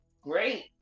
Great